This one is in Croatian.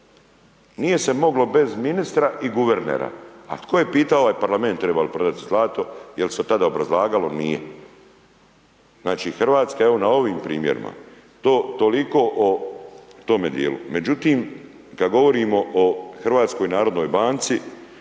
Nije se moglo bez ministra i guvernera. A tko je pitao ovaj parlament treba li prodati zlato? Je li se tada obrazlagalo? Nije. Znači, Hrvatska, evo, na ovim primjerima to toliko o tome dijelu. Međutim, kad govorimo o HNB, kad govorimo